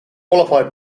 qualified